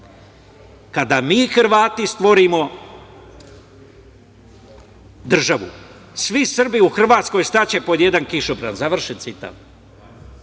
kada mi Hrvati stvorimo državu, svi Srbi u Hrvatskoj staće pod jedan kišobran, završen citat. Jel